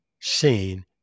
seen